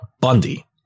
Bundy